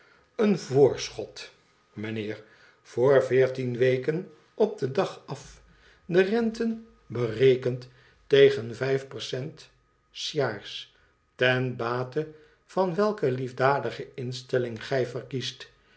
een voorschot mijnheer voor veertien weken op den dag af de renten berekend tegen vijf percent s jaars ten bate van welke liefdadige instelling gij verkiest